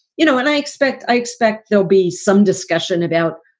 you know what i expect? i expect there'll be some discussion about,